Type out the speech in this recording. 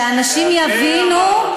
שאנשים יבינו,